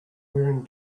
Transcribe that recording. wearing